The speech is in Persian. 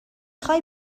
خوای